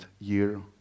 year